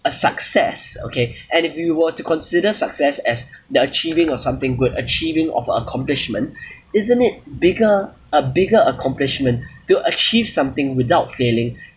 a success okay and if you were to consider success as the achieving or something good achieving of accomplishment isn't it bigger a bigger accomplishment to achieve something without failing